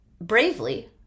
bravely